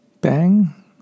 bang